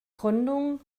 gründung